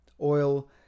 oil